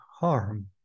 harm